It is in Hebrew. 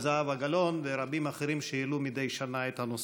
זהבה גלאון ורבים אחרים שהעלו מדי שנה את הנושא.